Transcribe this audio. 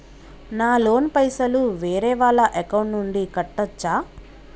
నా లోన్ పైసలు వేరే వాళ్ల అకౌంట్ నుండి కట్టచ్చా?